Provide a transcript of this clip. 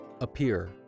appear